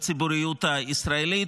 בציבוריות הישראלית.